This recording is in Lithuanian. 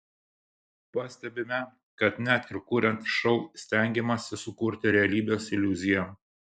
pastebime kad net ir kuriant šou stengiamasi sukurti realybės iliuziją